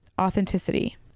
Authenticity